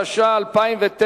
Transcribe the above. התש"ע 2009,